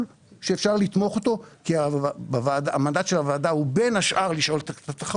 שאפשר לתמוך אותו כי המנדט של הוועדה הוא בין השאר בתחרות.